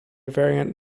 variant